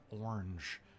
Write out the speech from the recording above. orange